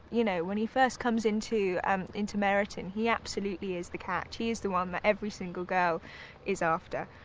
you know, when he first comes into and into meriton, he absolutely is the cat, he is the one that every single girl is after.